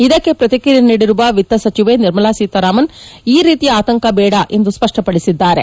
ಇದಕ್ಕೆ ಪ್ರತಿಕ್ರಿಯೆ ನೀಡಿರುವ ವಿತ್ತ ಸಚಿವೆ ನಿರ್ಮಲಾ ಸೀತಾರಾಮನ್ ಈ ರೀತಿಯ ಆತಂಕ ಬೇಡ ಎಂದು ಸ್ಪಪ್ಪಪಡಿಸಿದ್ದಾರೆ